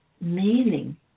meaning